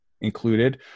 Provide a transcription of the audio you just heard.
included